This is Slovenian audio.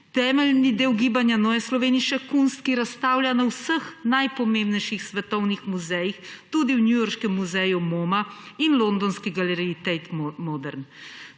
temelji del gibanja Neue Slowenische Kunst, ki razstavlja na vseh najpomembnejših svetovnih muzejih, tudi v newyorški muzej Moma in londonski galeriji Tate Modern.